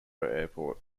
airport